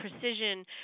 precision